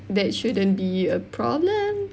that shouldn't be a problem